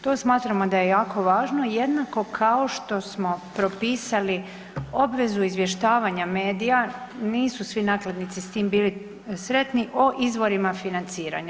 To smatramo da je jako važno jednako kao što smo propisali obvezu izvještavanja medija, nisu svi nakladnici s tim bili sretni o izborima financiranja.